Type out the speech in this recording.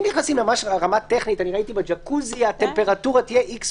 אם נכנסים לרמה הטכנית בג'קוזי הטמפרטורה תהיה X,